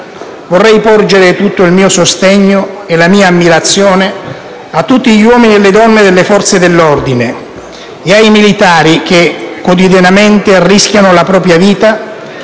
vorrei porgere il mio sostegno e la mia ammirazione a tutti gli uomini e le donne delle Forze dell'ordine e ai militari che quotidianamente rischiano la propria vita,